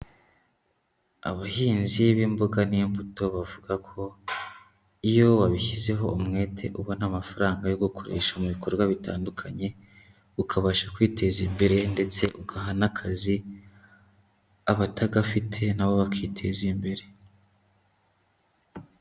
Abahinzi b'imboga n'imbuto, bavuga ko iyo wabishyizeho umwete ubona amafaranga yo gukoresha mu bikorwa bitandukanye, ukabasha kwiteza imbere ndetse ugaha n'akazi abatagafite na bo bakiteza imbere.